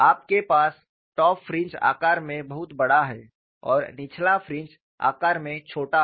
आपके पास top fringe आकार में बहुत बड़ा है और निचला फ्रिंज आकार में छोटा है